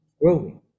growing